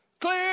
Clear